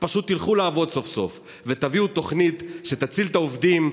פשוט תלכו לעבוד סוף-סוף ותביאו תוכנית שתציל את העובדים,